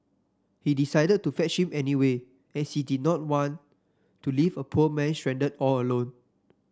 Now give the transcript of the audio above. he decided to fetch him anyway as he did not want to leave a poor man stranded all alone